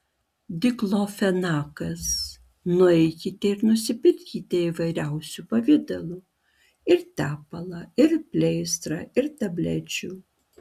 diklofenakas nueikite ir nusipirkite įvairiausių pavidalų ir tepalą ir pleistrą ir tablečių